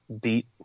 beat